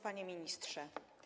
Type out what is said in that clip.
Panie Ministrze!